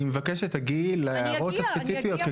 אני מבקש שתגיעי להערות הספציפיות,